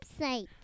website